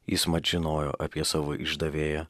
jis mat žinojo apie savo išdavėją